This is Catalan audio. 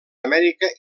amèrica